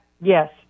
Yes